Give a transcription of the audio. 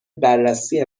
بررسی